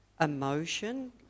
emotion